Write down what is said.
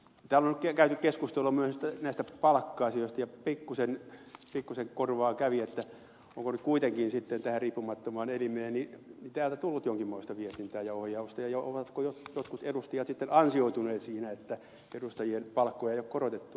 täällä on käyty keskustelua myös näistä palkka asioista ja pikkuisen korvaan kävi onko nyt kuitenkin sitten tälle riippumattomalle elimelle täältä tullut jonkinmoista viestintää ja ohjausta ja ovatko jotkut edustajat sitten ansioituneet siinä että edustajien palkkoja ei ole korotettu